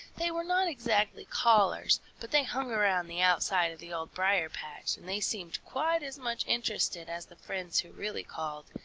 they were not exactly callers, but they hung around the outside of the old briar-patch, and they seemed quite as much interested as the friends who really called.